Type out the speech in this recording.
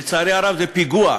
לצערי הרב, זה פיגוע.